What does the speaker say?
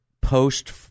post